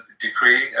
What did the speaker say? decree